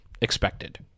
expected